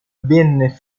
venne